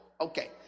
Okay